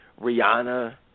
Rihanna